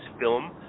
film